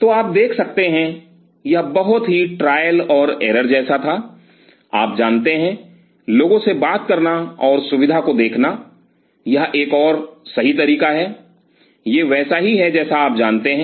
तो आप देख सकते हैं यह बहुत ही ट्रायल और एरर जैसा था आप जानते हैं लोगों से बात करना और सुविधा को देखना और यह एक और सही तरीका है यह वैसा ही है जैसा आप जानते हैं